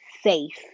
safe